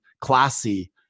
classy